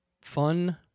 fun